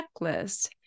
checklist